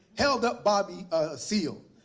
held up bobby ah seale,